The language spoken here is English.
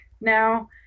now